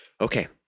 okay